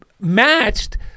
matched